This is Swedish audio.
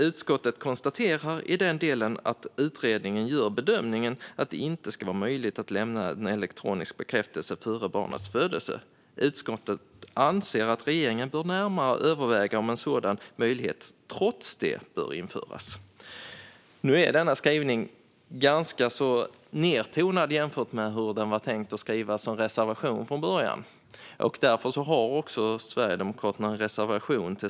Utskottet konstaterar i den delen att utredningen gör bedömningen att det inte ska vara möjligt att lämna en elektronisk bekräftelse före barnets födelse. Utskottet anser att regeringen bör närmare överväga om en sådan möjlighet trots det bör införas. Denna skrivning är ganska nedtonad jämfört med hur den från början var tänkt att skrivas som reservation.